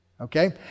Okay